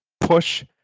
push